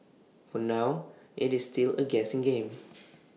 for now IT is still A guessing game